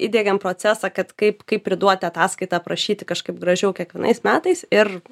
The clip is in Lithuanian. įdiegėm procesą kad kaip kaip priduoti ataskaitą aprašyti kažkaip gražiau kiekvienais metais ir